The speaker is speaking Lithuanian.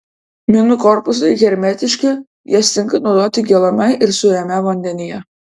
minų korpusai hermetiški jas tinka naudoti gėlame ir sūriame vandenyje